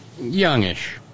youngish